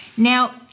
Now